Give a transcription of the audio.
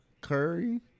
Curry